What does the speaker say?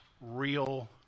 real